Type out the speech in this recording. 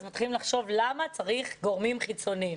אז מתחילים לחשוב למה צריך גורמים חיצוניים.